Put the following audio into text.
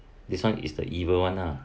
this [one] is the evil [one] lah